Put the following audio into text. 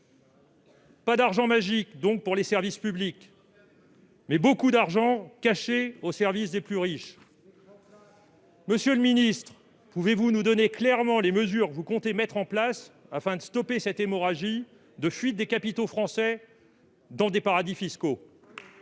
Pas d'« argent magique », donc, pour les services publics, mais beaucoup d'argent caché au service des plus riches. Les écrans plats ! Monsieur le ministre, pouvez-vous nous donner clairement les mesures que vous comptez mettre en place afin d'arrêter cette hémorragie que constitue la fuite des capitaux français dans des paradis fiscaux ?